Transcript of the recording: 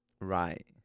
Right